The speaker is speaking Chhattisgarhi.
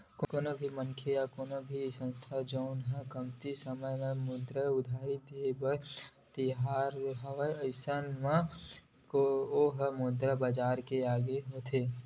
कोनो भी मनखे या कोनो संस्था जउन ह कमती समे मुद्रा उधारी देय बर तियार हवय अइसन म ओहा मुद्रा बजार के अंग होथे